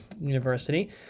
University